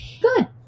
good